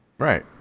right